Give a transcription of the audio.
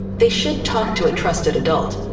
they should talk to a trusted adult.